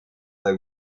they